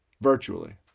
virtually